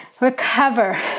Recover